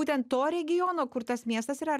būtent to regiono kur tas miestas yra ar